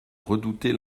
redouter